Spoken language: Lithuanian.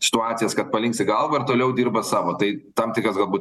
situacijas kad palinksi galva ir toliau dirba savo tai tam tikras galbūt